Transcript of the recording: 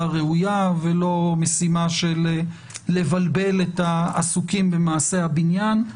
ראויה ולא משימה של בלבול העסוקים במעשה הבניין.